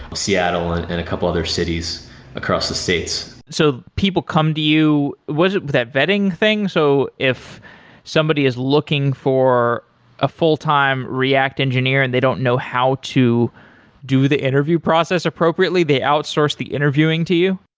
seattle and and a couple other cities across the states so people come to you. was it that vetting thing? so if somebody is looking for a full time react engineer and they don't know how to do the interview process appropriately, they outsource the interviewing to you?